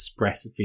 ExpressVPN